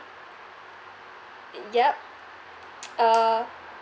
yup uh